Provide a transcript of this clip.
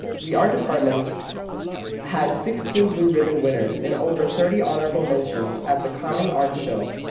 the art department had sixteen blue ribbon winners and over thirty honorable mentions at the county art show.